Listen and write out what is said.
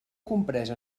compresa